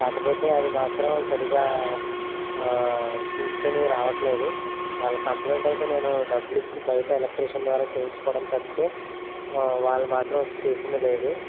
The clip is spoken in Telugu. కాకపోతే అది మాత్రం సరిగ్గా తీసుకుని రావడం లేదు వాళ్ళు కంప్లయింట్ అయితే నేను డబ్బులిచ్చి బయట ఎలక్ట్రీషియన్ ద్వారా చేయించుకోవడం తప్పితే వాళ్ళు మాత్రం వచ్చి చేసింది లేదు